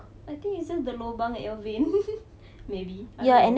I think isn't the lobang at your vein maybe ya